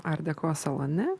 ardeko salone